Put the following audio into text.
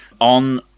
on